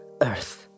earth